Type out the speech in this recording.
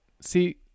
See